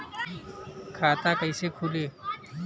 खाता कईसे खुली?